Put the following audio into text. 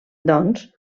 doncs